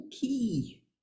Key